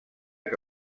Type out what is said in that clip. que